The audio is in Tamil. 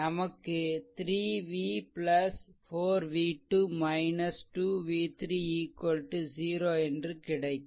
நமக்கு 3 v 4 v2 2 v3 0 என்று கிடைக்கும்